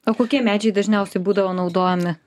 o kokie medžiai dažniausiai būdavo naudojami